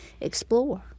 explore